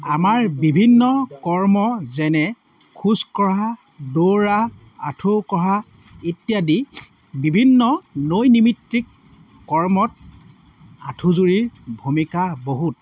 আমাৰ বিভিন্ন কৰ্ম যেনে খোজকঢ়া দৌৰা আঁঠুকঢ়া ইত্যাদি বিভিন্ন নৈমিত্ৰিক কৰ্মত আঁঠুযুৰিৰ ভূমিকা বহুত